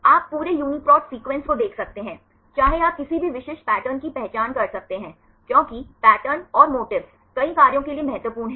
आप पूरे UniProt sequences को देख सकते हैं चाहे आप किसी भी विशिष्ट पैटर्न की पहचान कर सकते हैं क्योंकि पैटर्न और मोटिफ्स कई कार्यों के लिए महत्वपूर्ण हैं